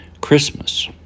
Christmas